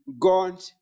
God